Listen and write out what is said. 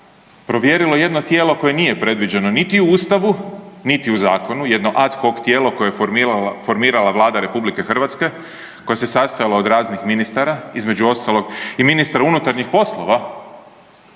provjerilo jedno tijelo koje nije predviđeno niti u Ustavu niti u zakonu, jedno ad hoc tijelo koje je formirala Vlada RH, koje se sastojalo od raznih ministara, između ostalog i ministra unutarnjih poslova